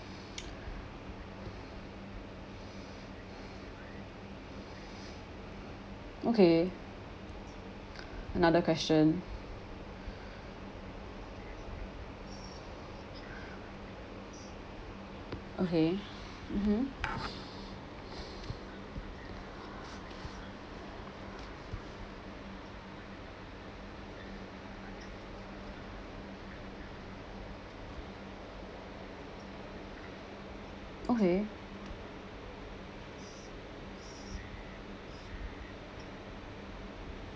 okay another question okay mmhmm okay